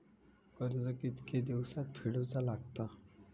कर्ज कितके दिवसात फेडूचा लागता?